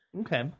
Okay